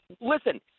listen